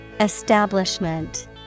Establishment